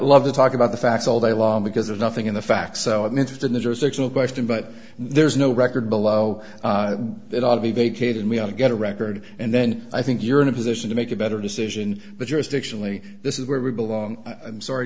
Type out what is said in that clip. love to talk about the facts all day long because there's nothing in the facts so i'm interested in jurisdictional question but there's no record below it ought to be big kate and we ought to get a record and then i think you're in a position to make a better decision but jurisdictionally this is where we belong i'm sorry